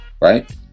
right